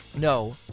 No